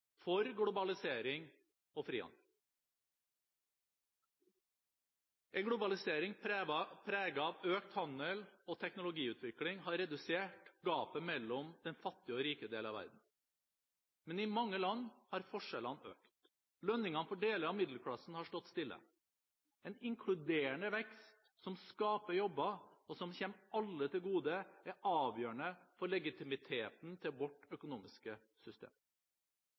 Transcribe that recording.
for globalisering og frihandel. En globalisering preget av økt handel og teknologiutvikling har redusert gapet mellom den fattige og den rike del av verden. Men i mange land har forskjellene økt. Lønningene for deler av middelklassen har stått stille. En inkluderende vekst som skaper jobber, og som kommer alle til gode, er avgjørende for legitimiteten til vårt økonomiske system.